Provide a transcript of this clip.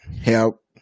help